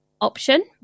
option